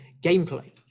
gameplay